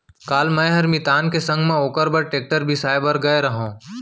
काल मैंहर मितान के संग म ओकर बर टेक्टर बिसाए बर गए रहव